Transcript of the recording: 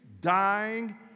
dying